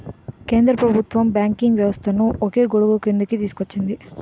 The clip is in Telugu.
కేంద్ర ప్రభుత్వం బ్యాంకింగ్ వ్యవస్థను ఒకే గొడుగుక్రిందికి తీసుకొచ్చింది